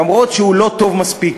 אף שהוא לא טוב מספיק.